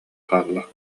хаалла